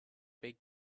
big